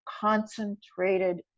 concentrated